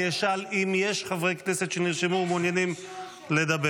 אני אשאל אם יש חברי כנסת שנרשמו ומעוניינים לדבר.